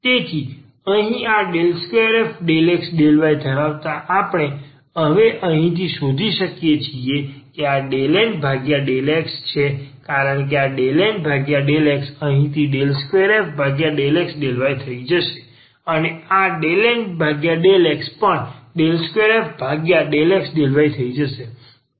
તેથી અહીં આ 2f∂x∂y ધરાવતા આપણે હવે અહીંથી શોધી શકીએ કે આ ∂N∂xછે કારણ કે આ ∂N∂x અહીંથી 2f∂x∂yથઈ જશે અને આ ∂N∂xપણ 2f∂x∂y થઈ જશે